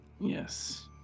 yes